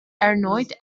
erneut